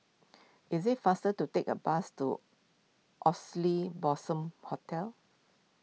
is it faster to take a bus to Oxley Blossom Hotel